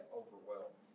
overwhelmed